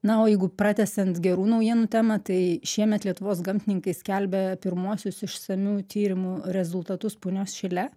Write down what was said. na o jeigu pratęsiant gerų naujienų temą tai šiemet lietuvos gamtininkai skelbia pirmuosius išsamių tyrimų rezultatus punios šile